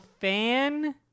fan